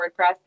WordPress